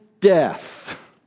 death